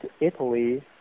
Italy